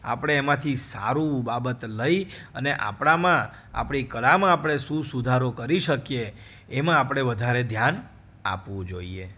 આપણે એમાંથી સારું બાબત લઈ અને આપણામાં આપણી કળામાં આપણે શું સુધારો કરી શકીએ એમાં આપણે વધારે ધ્યાન આપવું જોઈએ